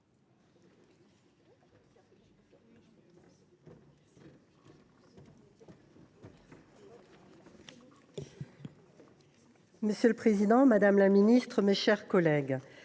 Monsieur le président, madame la ministre, mes chers collègues,